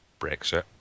Brexit